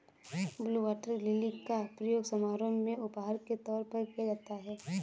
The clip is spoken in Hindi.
ब्लू वॉटर लिली का प्रयोग समारोह में उपहार के तौर पर किया जाता है